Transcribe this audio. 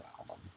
album